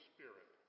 Spirit